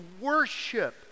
worship